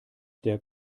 der